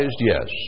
Yes